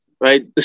Right